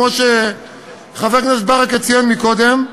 כמו שחבר הכנסת ברכה ציין קודם.